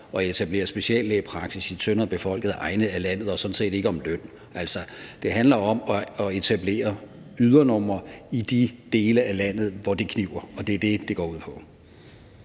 at etablere speciallægepraksis i tyndere befolkede egne af landet og sådan set ikke om løn. Det handler om at etablere ydernumre i de dele af landet, hvor det kniber, og det er det, det går ud på.